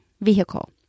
vehicle